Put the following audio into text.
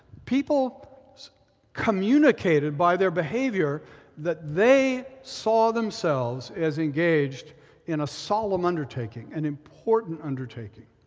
people communicated by their behavior that they saw themselves as engaged in a solemn undertaking, an important undertaking.